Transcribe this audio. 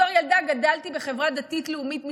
בתור ילדה גדלתי בחברה דתית לאומית משתכנזת,